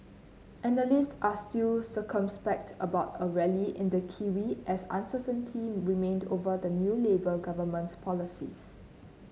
analysts are still circumspect about a rally in the kiwi as uncertainty remained over the new Labour government's policies